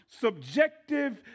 subjective